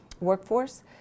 Workforce